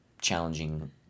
challenging